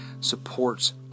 supports